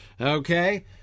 Okay